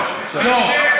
אנחנו, לא.